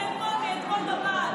זה חול מאתמול.